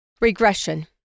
Regression